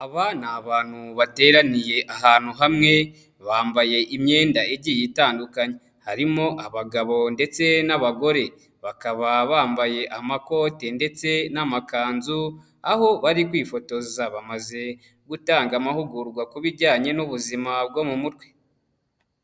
Aba ni abantu bateraniye ahantu hamwe, bambaye imyenda igiye itandukanye, harimo abagabo ndetse n'abagore, bakaba bambaye amakote ndetse n'amakanzu, aho bari kwifotoza, bamaze gutanga amahugurwa ku bijyanye n'ubuzima bwo mu mutwe.